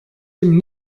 dem